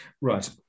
Right